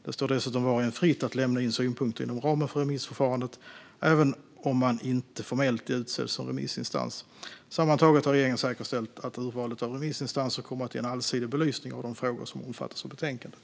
Det står dessutom var och en fritt att lämna in synpunkter inom ramen för remissförfarandet även om man inte formellt är utsedd som remissinstans. Sammantaget har regeringen säkerställt att urvalet av remissinstanser kommer att ge en allsidig belysning av de frågor som omfattas av betänkandet.